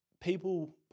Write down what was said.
people